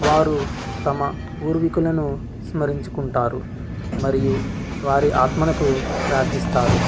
వారు తమ పూర్వీకులను స్మరించుకుంటారు మరియు వారి ఆత్మలను ప్రార్థిస్తారు